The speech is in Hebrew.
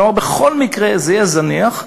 כלומר בכל מקרה זה יהיה זניח.